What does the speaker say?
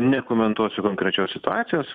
nekomentuosiu konkrečios situacijos